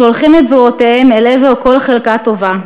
שולחות את זרועותיהן אל עבר כל חלקה טובה,